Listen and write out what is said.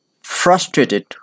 frustrated